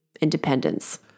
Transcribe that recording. independence